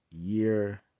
year